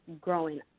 growing